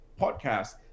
podcast